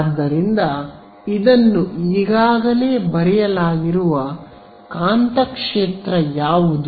ಆದ್ದರಿಂದ ಇದನ್ನು ಈಗಾಗಲೇ ಬರೆಯಲಾಗಿರುವ ಕಾಂತಕ್ಷೇತ್ರ ಯಾವುದು